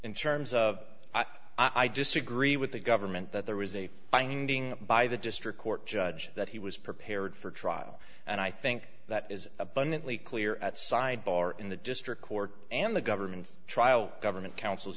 in terms of i disagree with the government that there was a finding by the district court judge that he was prepared for trial and i think that is abundantly clear at side bar in the district court and the government's trial government counsel's